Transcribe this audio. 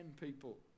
people